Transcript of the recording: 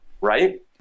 right